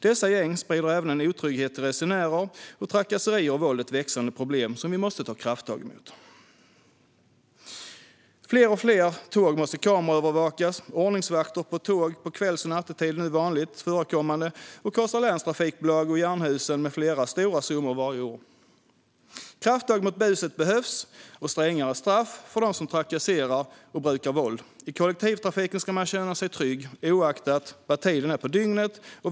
Dessa gäng sprider även otrygghet bland resenärer, och trakasserier och våld är ett växande problem som vi måste ta krafttag mot. Fler tåg måste kameraövervakas. Ordningsvakter på tåg kvälls och nattetid är nu vanligt förekommande och kostar länstrafikbolag och Jernhusen med flera stora summor varje år. Krafttag mot buset behövs liksom strängare straff för dem som trakasserar och brukar våld. I kollektivtrafiken ska man känna sig trygg oavsett tiden på dygnet.